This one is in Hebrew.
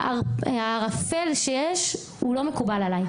הערפל שיש לא מקובל עליי.